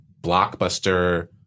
blockbuster